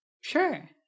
Sure